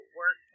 work